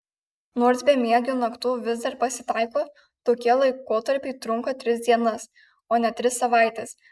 nors bemiegių naktų vis dar pasitaiko tokie laikotarpiai trunka tris dienas o ne tris savaites